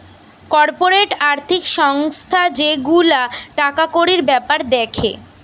corporate আর্থিক সংস্থা যে গুলা টাকা কড়ির বেপার দ্যাখে